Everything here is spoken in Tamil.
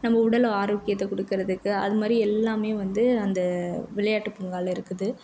நம்ம உடல் ஆரோக்கியத்தை கொடுக்குறதுக்கு அது மாதிரி எல்லாம் வந்து அந்த விளையாட்டு பூங்காவில் இருக்குது